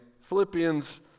Philippians